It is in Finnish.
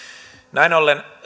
näin ollen